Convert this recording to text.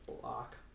block